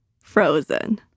Frozen